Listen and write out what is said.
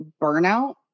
burnout